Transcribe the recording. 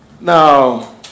Now